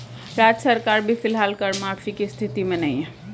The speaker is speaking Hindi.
राज्य सरकार भी फिलहाल कर माफी की स्थिति में नहीं है